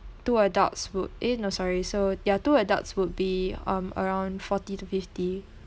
two adults would eh no sorry so ya two adults would be um around forty to fifty